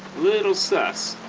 little sus